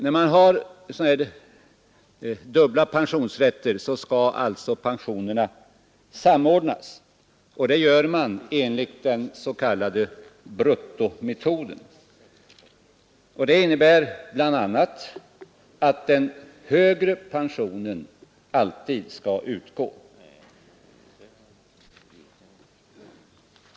När man har sådana här dubbla pensionsrätter skall alltså pensionerna samordnas, och det gör man enligt den s.k. bruttometoden. Den innebär bl.a. att den högre pensionen alltid skall utgå.